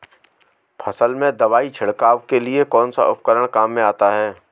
फसल में दवाई छिड़काव के लिए कौनसा उपकरण काम में आता है?